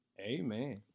amen